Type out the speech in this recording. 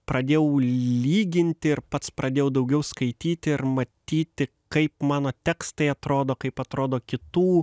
pradėjau lyginti ir pats pradėjau daugiau skaityti ir matyti kaip mano tekstai atrodo kaip atrodo kitų